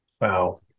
Wow